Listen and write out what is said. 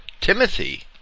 Timothy